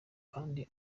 kandi